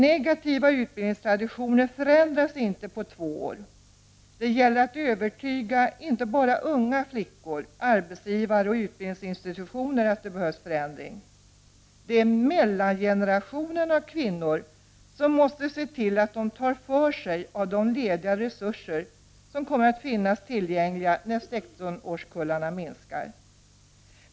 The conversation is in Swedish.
Negativa utbildningstraditioner förändras inte på två år. Det gäller att övertyga inte bara unga flickor, arbetsgivare och utbildningsinstitutioner om att det behövs en förändring. Det är mellangenerationen av kvinnor som måste se till att de tar för sig av de resurser som kommer att finnas tillgängliga när 16-årskullarna minskar.